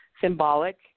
symbolic